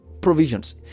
provisions